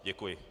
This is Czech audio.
Děkuji.